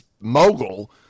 mogul